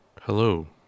Hello